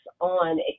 on